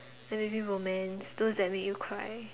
and maybe romance those that make you cry